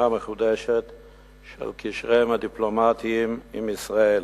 מחודשת של קשריהן הדיפלומטיים עם ישראל.